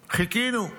חיכינו,